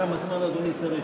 בבקשה, אדוני.